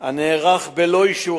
הנערך בלא אישור